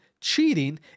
cheating